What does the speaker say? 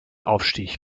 aufstieg